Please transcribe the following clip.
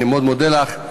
אני מאוד מודה לך,